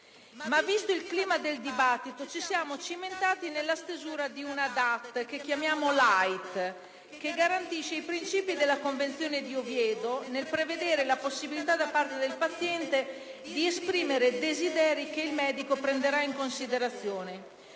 Ma, visto il clima del dibattito, ci siamo cimentati nella stesura di una DAT, che definiremo *light*, la quale garantisce i principi della Convenzione di Oviedo nel prevedere la possibilità, da parte del paziente, di esprimere desideri che il medico prenderà in considerazione;